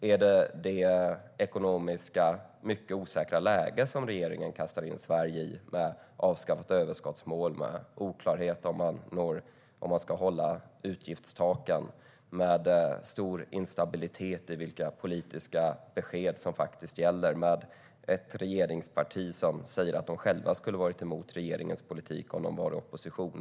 Är det det ekonomiskt mycket osäkra läge som regeringen kastar in Sverige i, med ett avskaffat överskottsmål, med oklarhet om man ska hålla utgiftstaken och en stor instabilitet i vilka politiska besked som faktiskt gäller när man har ett regeringsparti som säger att de själva skulle ha varit emot regeringens politik om de varit i opposition?